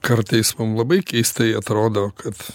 kartais mum labai keistai atrodo kad